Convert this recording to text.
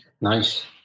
Nice